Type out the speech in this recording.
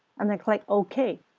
and then click ok.